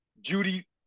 Judy